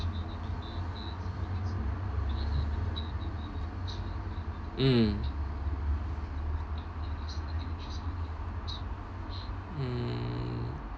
mm hmm